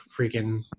freaking